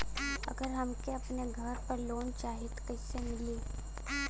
अगर हमके अपने घर पर लोंन चाहीत कईसे मिली?